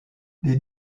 des